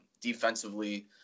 defensively